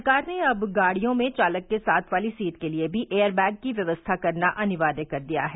सरकार ने अब गाडियों में चालक के साथ वाली सीट के लिए भी एयरबैग की व्यवस्था करना अनिवार्य कर दिया है